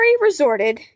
resorted